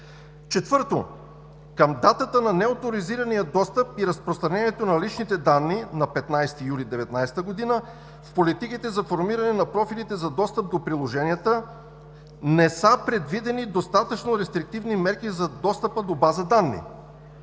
4. Към датата на неоторизирания достъп и разпространението на личните данни на 15 юли 2019 г., в политиките за формиране на профилите за достъп до приложенията не са предвидени достатъчно рестриктивни мерки за достъпа до база данни.